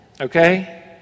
okay